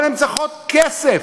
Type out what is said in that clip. אבל הן צריכות כסף.